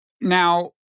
Now